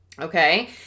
Okay